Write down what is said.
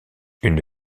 une